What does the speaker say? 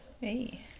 Hey